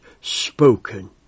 spoken